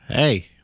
Hey